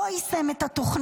הוא לא יישם את התוכנית,